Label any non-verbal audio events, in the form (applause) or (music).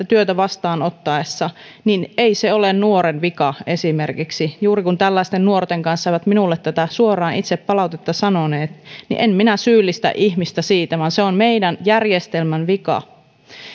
(unintelligible) työtä vastaanottaessa ei se ole nuoren vika esimerkiksi tällaisten nuorten kanssa puhuessani he ovat minulle tätä palautetta suoraan itse sanoneet ja en minä syyllistä ihmistä siitä vaan se on meidän järjestelmän vika